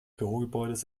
bürogebäudes